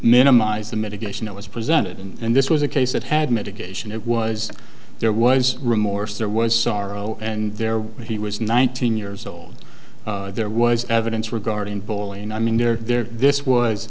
minimize the mitigation that was presented and this was a case that had mitigation it was there was remorse there was sorrow and there he was nineteen years old there was evidence regarding bullying i mean there there this was